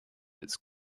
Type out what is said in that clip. its